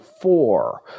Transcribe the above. four